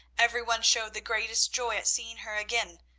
every one showed the greatest joy at seeing her again,